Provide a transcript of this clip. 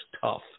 tough